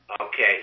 Okay